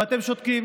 ואתם שותקים.